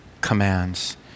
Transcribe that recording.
commands